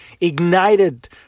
ignited